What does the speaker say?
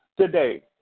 today